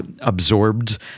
absorbed